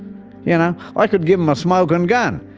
you know, i could give em a smokin gun,